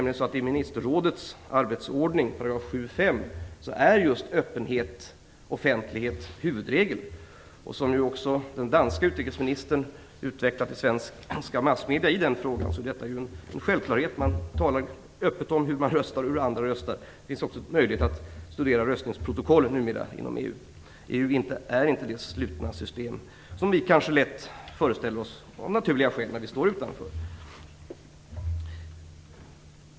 I ministerrådets arbetsordning, 7:5 §, är nämligen just öppenhet och offentlighet huvudregel. Detta är en självklarhet, som den danske utrikesministern har utvecklat i svenska massmedier i den frågan. Man talar öppet om hur man själv röstar och hur andra röstar. Det finns inom EU numera också möjlighet att studera röstningsprotokollen. EU är inte det slutna system som vi kanske lätt föreställer oss - av naturliga skäl - när vi står utanför.